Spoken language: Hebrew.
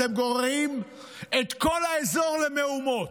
אתם גוררים את כל האזור למהומות.